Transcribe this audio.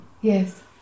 Yes